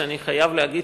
שאני חייב להגיד,